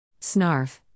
Snarf